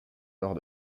nord